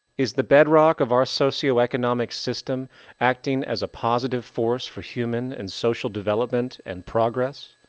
is the bedrock of our socioeconomic system acting as a positive force for human and social development and progress?